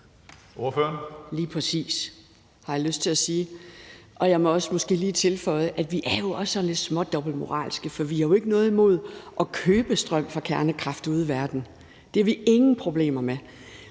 Lige præcis, har jeg lyst til at sige. Og jeg må måske også lige tilføje, at vi jo også er sådan lidt dobbeltmoralske, for vi har ikke noget imod at købe strøm fra kernekraft ude i verden; det har vi ingen problemer med.